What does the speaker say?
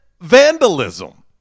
vandalism